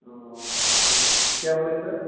ہاں کیا بولے سر